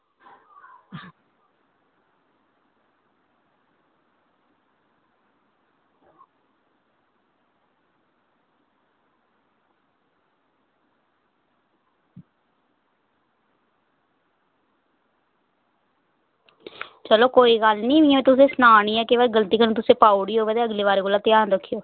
चलो कोई गल्ल निं मी इ'यां तुसेंगी सना नी आं कि भई गलती कन्नै तुसें पाई ओड़ी होऐ ते अगली बारी कोला ध्यान रक्खेओ